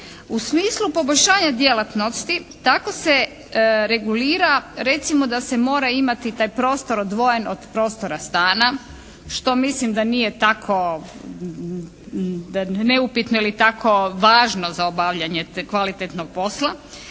u smislu poboljšanja djelatnosti. Tako se regulira recimo da se mora imati taj prostor odvojen od prostora stana što mislim da nije tako neupitno ili tako važno za obavljanje kvalitetnog posla.